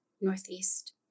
northeast